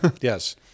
Yes